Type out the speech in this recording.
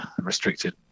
restricted